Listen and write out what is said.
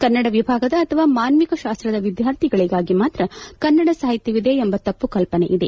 ಕನ್ನಡ ವಿಭಾಗದ ಅಥವಾ ಮಾನವಿಕ ಶಾಸ್ತದ ವಿದ್ಯಾರ್ಥಿಗಳಿಗಾಗಿ ಮಾತ್ರ ಕನ್ನಡ ಸಾಹಿತ್ಯವಿದೆ ಎಂಬ ತಪ್ಪು ಕಲ್ಲನೆ ಇದೆ